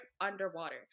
underwater